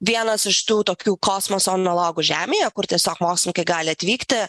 vienas iš tų tokių kosmoso monologų žemėje kur tiesiog mokslininkai gali atvykti